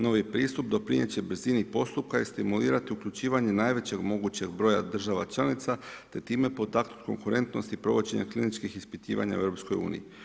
Novi pristup doprinijet će brzini postupka i stimulirati uključivanje najvećeg mogućeg broja država članica te time potaknut konkurentnost i provođenje kliničkih ispitivanja u EU.